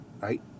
Right